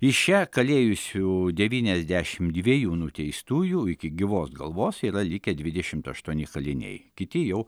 iš čia kalėjusių devyniasdešim dviejų nuteistųjų iki gyvos galvos yra likę dvidešimt aštuoni kaliniai kiti jau